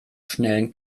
schnellen